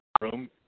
room